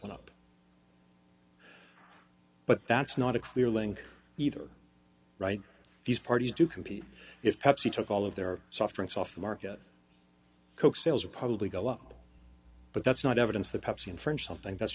went up but that's not a clear link either right these parties do compete if pepsi took all of their soft drinks off the market coke sales would probably go up but that's not evidence that pepsi in french something that's